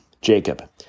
Jacob